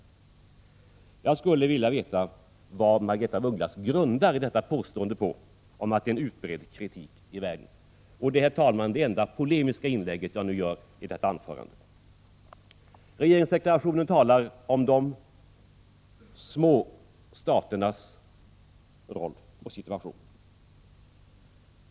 Jag skulle vilja veta vad Margaretha af Ugglas grundar detta påstående på, att det är en utbredd kritik i världen. Det är, herr talman, det enda polemiska inlägget jag gör i detta anförande. Regeringsdeklarationen talar om de små staternas roll och situation.